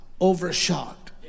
overshot